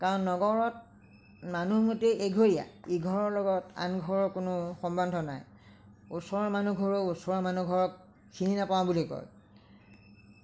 কাৰণ নগৰত মানুহ এঘৰীয়া ইঘৰৰ লগত আনঘৰৰ কোনো সম্বন্ধ নাই ওচৰৰ মানুহঘৰেও ওচৰৰ মানুহঘৰক চিনি নেপাওঁ বুলি কয়